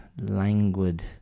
languid